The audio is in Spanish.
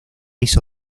hizo